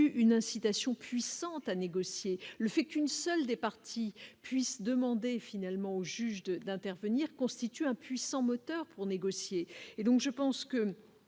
une incitation puissante à négocier le fait qu'une seule des parties puissent demander finalement au juge de d'intervenir constitue un puissant moteur pour négocier et donc je pense que